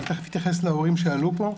אני תיכף אתייחס להורים שעלו פה.